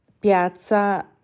piazza